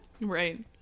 Right